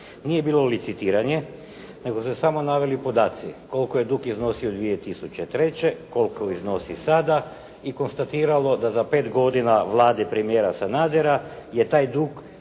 nije bilo licitiranje, nego su se samo naveli podaci koliko je dug iznosio 2003., koliko iznosi sada i konstatiralo da za pet godina Vlade premijera Sanadera je taj dug